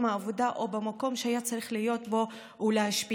העבודה או במקום שהיה צריך להיות בו ולהשפיע.